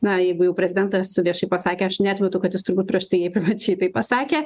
na jeigu jau prezidentas viešai pasakė aš neatmetu kad jis turbūt prieš tai jai privačiai tai pasakė